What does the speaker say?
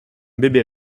bébé